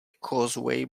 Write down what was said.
causeway